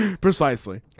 Precisely